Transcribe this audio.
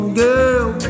girl